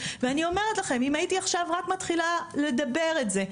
ואני אומרת לכם אם הייתי עכשיו רק מתחילה לדבר את זה,